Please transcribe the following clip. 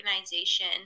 organization